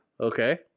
Okay